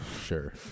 sure